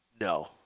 No